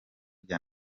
rya